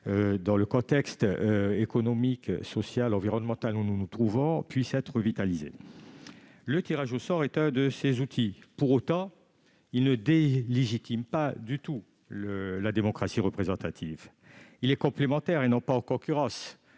dans le contexte économique, social, environnemental où nous nous trouvons, puisse être revitalisée. Le tirage au sort est un de ces outils. Pour autant, il ne délégitime absolument pas la démocratie représentative. Il vient compléter, et non pas en concurrencer,